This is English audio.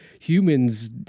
humans